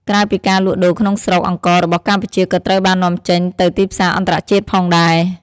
ក្រៅពីការលក់ដូរក្នុងស្រុក អង្កររបស់កម្ពុជាក៏ត្រូវបាននាំចេញទៅទីផ្សារអន្តរជាតិផងដែរ។